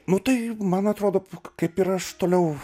nu tai man atrodo kaip ir aš toliau